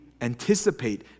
anticipate